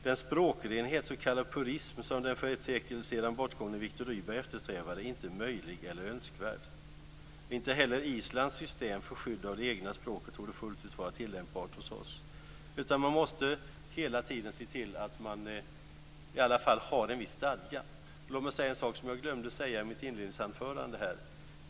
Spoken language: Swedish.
Den språkrenhet, s.k. purism, som den för ett sekel sedan bortgångne Viktor Rydberg eftersträvade är inte möjlig eller önskvärd. Inte heller Islands system för skydd av det egna språket torde fullt ut vara tillämpbart hos oss. Men man måste hela tiden se till att man har en viss stadga. Låt mig säga en sak som jag glömde att säga i mitt inledningsanförande.